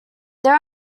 there